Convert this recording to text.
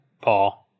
Paul